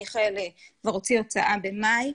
מיכאל כבר הוציא הצעה במאי,